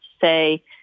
say